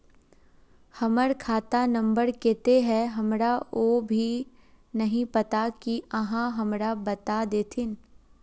हमर खाता नम्बर केते है हमरा वो भी नहीं पता की आहाँ हमरा बता देतहिन?